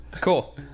Cool